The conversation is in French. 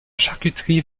charcuterie